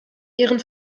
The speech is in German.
ihren